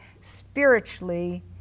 spiritually